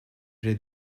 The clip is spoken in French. j’ai